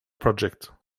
project